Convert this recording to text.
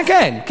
כן, כן.